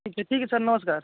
ठीक है ठीक है सर नमस्कार